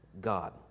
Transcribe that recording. God